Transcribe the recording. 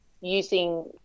using